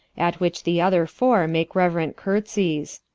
at which the other foure make reuerend curtsies.